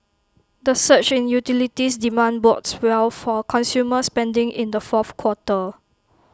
the surge in utilities demand bodes well for consumer spending in the fourth quarter